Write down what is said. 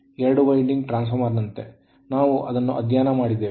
ಎರಡು winding transformer ನಂತೆ ನಾವು ಇದನ್ನು ಅಧ್ಯಯನ ಮಾಡಿದ್ದೇವೆ